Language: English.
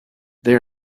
they